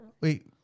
Wait